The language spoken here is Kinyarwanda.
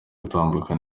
gutambuka